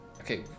Okay